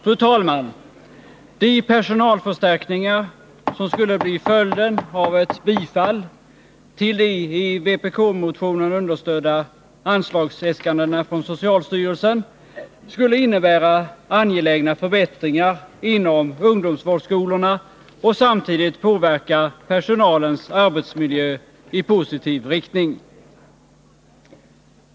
Fru talman! De personalförstärkningar som skulle bli följden av ett bifall till de i vpk-motionen understödda anslagsäskandena från socialstyrelsen skulle innebära angelägna förbättringar inom ungdomsvårdsskolorna och samtidigt påverka personalens arbetsmiljö i positiv riktning.